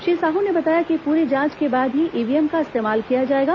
श्री साहू ने बताया कि पूरी जांच के बाद ही ईवीएम का इस्तेमाल किया जाएगा